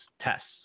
tests